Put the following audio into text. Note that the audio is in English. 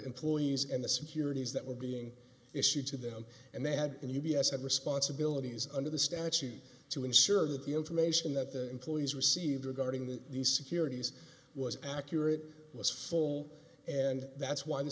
employees and the securities that were being issued to them and they had and u b s had responsibilities under the statute to ensure that the information that the employees received regarding that these securities was accurate was full and that's why the